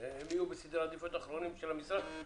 יהיו בסדרי עדיפות אחרונים של המשרד.